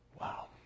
Wow